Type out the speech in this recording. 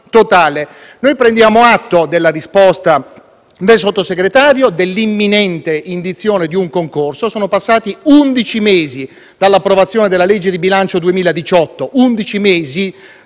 Noi prendiamo atto della risposta del Sottosegretario circa l'imminente indizione di un concorso. Sono passati undici mesi dall'approvazione della legge di bilancio 2018; undici